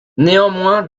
néanmoins